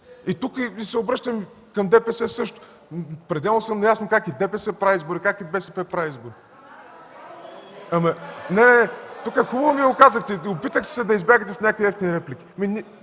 И тук се обръщам към ДПС също – пределно съм наясно как и ДПС прави избори, как и БСП прави избори. (Шум и реплики.) Не, не! Тук хубаво ми го казахте. Опитахте се да избягате с някакви евтини реплики.